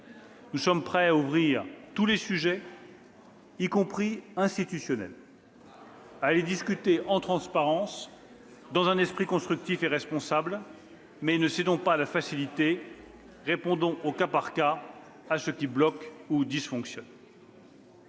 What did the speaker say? Nous sommes prêts à aborder tous les sujets, y compris institutionnels, à les discuter en toute transparence et dans un esprit constructif et responsable. Mais ne cédons pas à la facilité. Répondons, au cas par cas, à ce qui bloque ou ne fonctionne